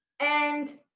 and